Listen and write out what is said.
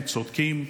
הם צודקים,